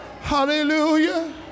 Hallelujah